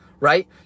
right